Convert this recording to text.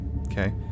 Okay